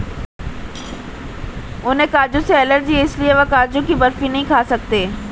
उन्हें काजू से एलर्जी है इसलिए वह काजू की बर्फी नहीं खा सकते